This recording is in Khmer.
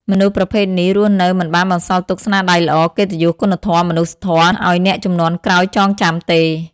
មនុស្សប្រភេទនេះរស់នៅមិនបានបន្សល់ទុកស្នាដៃល្អ កិត្តិយស គុណធម៌ មនុស្សធម៌ឲ្យអ្នកជំនាន់ក្រោយចងចាំទេ។